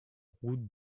route